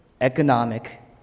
economic